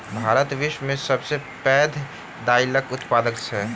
भारत विश्व में सब सॅ पैघ दाइलक उत्पादक अछि